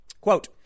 Quote